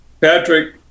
Patrick